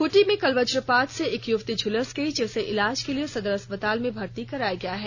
खूंटी में कल वज्रपात से एक युवती झुलस गई जिसे इलाज के लिए सदर अस्पताल में भर्ती कराया गया है